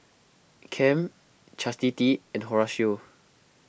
Kem Chastity and Horatio